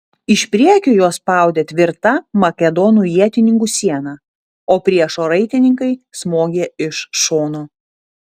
iš priekio juos spaudė tvirta makedonų ietininkų siena o priešo raitininkai smogė iš šono